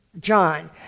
John